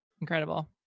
incredible